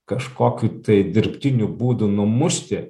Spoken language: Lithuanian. kažkokiu tai dirbtiniu būdu numušti